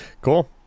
Cool